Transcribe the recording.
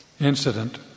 incident